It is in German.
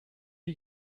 die